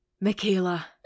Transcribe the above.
Michaela